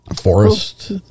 Forest